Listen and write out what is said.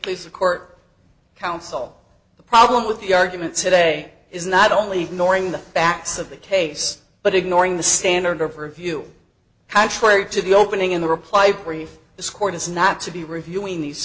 please the court counsel the problem with the arguments today is not only nor in the backs of the case but ignoring the standard of review contrary to the opening in the reply brief this court is not to be reviewing these